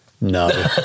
No